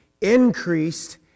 increased